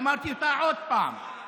עוד פעם,